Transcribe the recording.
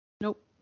Nope